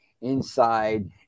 inside